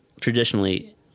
traditionally